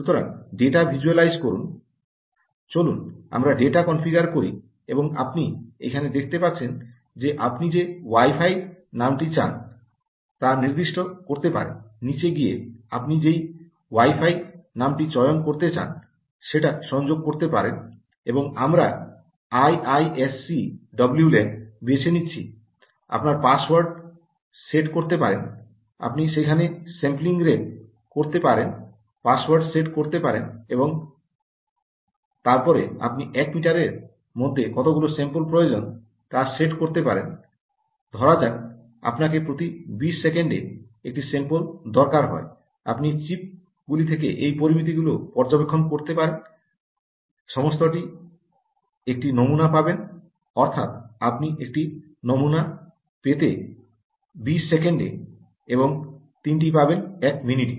সুতরাং data visualise করুন চলুন আমরা ডেটা কনফিগার করি এবং আপনি এখানে দেখতে পাচ্ছেন যে আপনি যে ওয়াই ফাই নামটি চান তা নির্দিষ্ট করতে পারেন নীচে গিয়ে আপনি যেই ওয়াই ফাই নামটি চয়ন করতে চান সেটা সংযোগ করতে পারেন এবং আমরা আইআইএসসিওয়্যালান বেছে নিচ্ছি আপনি পাসওয়ার্ড সেট করতে পারেন আপনি সেখানে স্যাম্পলিং সেট করতে পারেন পাসওয়ার্ড সেট করতে পারেন এবং তারপরে আপনি এক মিনিটের মধ্যে কতগুলি স্যাম্পল প্রয়োজন তা সেট করতে পারেন ধরা যাক আপনাকে প্রতি 20 সেকেন্ডে একটি স্যাম্পল দরকার হয় আপনি চিপ গুলি যে পরামিতিগুলি পর্যবেক্ষণ করতে পারে সমস্তটির একটি নমুনা পাবেন অর্থাৎ আপনি একটি নমুনা পেয়ে যাবেন 20 সেকেন্ডে এবং তিনটি পাবেন 1 মিনিটে